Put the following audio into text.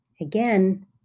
Again